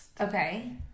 Okay